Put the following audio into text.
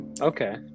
Okay